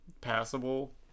Passable